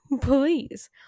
Please